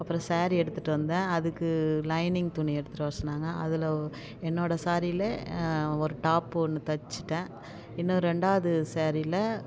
அப்புறோம் ஸேரீ எடுத்துகிட்டு வந்தேன் அதுக்கு லைனிங் துணி எடுத்துகிட்டு வர சொன்னாங்க அதில் ஒ என்னோட ஸேரீயில் ஒரு டாப்பு ஒன்று தைச்சிட்டேன் இன்னும் ரெண்டாவது ஸேரீயில்